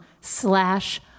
slash